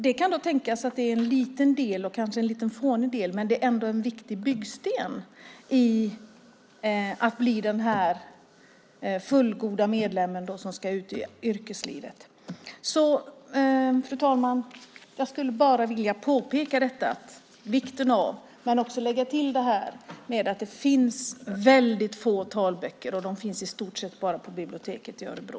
Det kan tänkas att det är en liten del och kanske en liten fånig del, men det är ändå en viktig byggsten när det gäller att bli den fullgoda medlemmen som ska ut i yrkeslivet. Fru talman! Jag skulle bara vilja påpeka vikten av det här och lägga till att det finns väldigt få böcker på teckenspråk, och de finns i stort sett bara på biblioteket i Örebro.